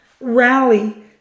rally